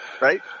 Right